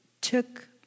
took